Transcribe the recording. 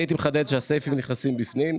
אני הייתי מחדד שהסייפים נכנסים בפנים,